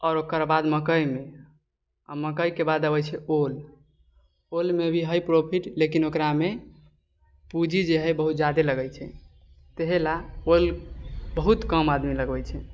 आओर ओकरबाद मकइमे आओर मकइके बाद अबै छै ओल ओलमे भी हइ प्रॉफिट लेकिन ओकरामे पूँजी जे हइ बहुत ज्यादे लगै छै ताहिलए ओल बहुत कम आदमी लगबै छै